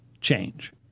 change